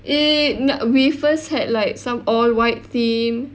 eh now we first had like some all white theme